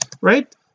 right